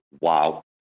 wow